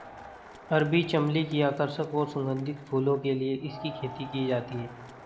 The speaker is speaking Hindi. अरबी चमली की आकर्षक और सुगंधित फूलों के लिए इसकी खेती की जाती है